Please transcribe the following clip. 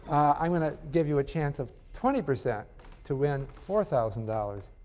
i'm going to give you a chance of twenty percent to win four thousand dollars.